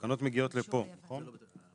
התקנות מגיעות לפה, נכון?